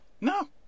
No